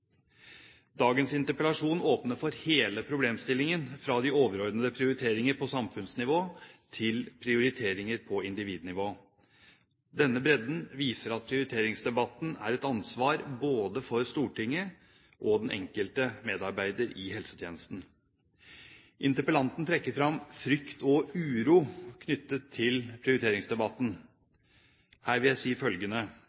Dagens interpellasjon åpner for hele problemstillingen, fra de overordnede prioriteringer på samfunnsnivå til prioriteringer på individnivå. Denne bredden viser at prioriteringsdebatten er et ansvar både for Stortinget og den enkelte medarbeider i helsetjenesten. Interpellanten trekker fram frykt og uro knyttet til